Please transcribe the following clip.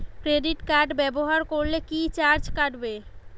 Credit card ব্যাবহার করলে কি চার্জ কাটবে?